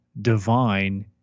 divine